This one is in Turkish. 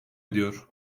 ediyor